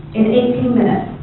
eighteen minutes.